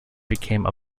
became